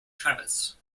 travis